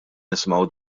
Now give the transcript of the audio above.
nisimgħu